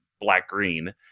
black-green